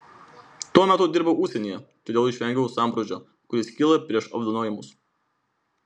tuo metu dirbau užsienyje todėl išvengiau sambrūzdžio kuris kyla prieš apdovanojimus